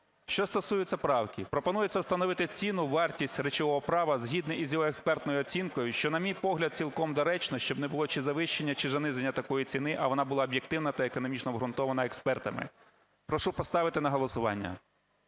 Що стосується правки, пропонується встановити ціну, вартість речового права згідно із його експертною оцінкою, що, на мій погляд, цілком доречно, щоб не було чи завищення, чи заниження такої ціна, а вона була об'єктивна та економічно обґрунтована експертами. Прошу поставити на голосування.